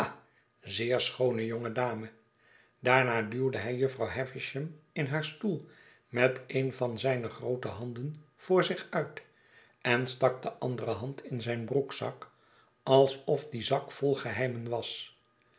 zeer schoone jonge dame daarna duwde hij jufvrouw havisham in haar stoel met een van zijne groote handen voor zich uit en stak de andere hand in zijn broekzak alsof die zak vol geheimen was